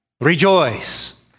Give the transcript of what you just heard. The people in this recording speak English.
rejoice